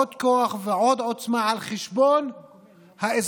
עוד כוח ועוד עוצמה על חשבון האזרחים,